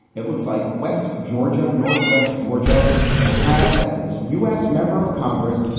it looks like west georgia, northwest georgia will have as its us member of congress,